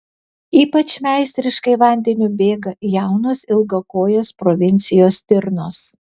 ypač meistriškai vandeniu bėga jaunos ilgakojės provincijos stirnos